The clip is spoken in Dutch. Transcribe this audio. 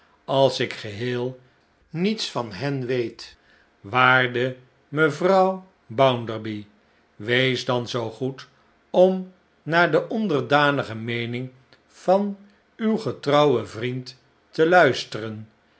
als ik geheel niets van hen weet waarde mevrouw bounderby wees dan zoo goed om naar de onderdanige meening van uw getrouwen vriend te luisteren